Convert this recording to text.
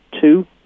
two